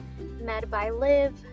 MedByLive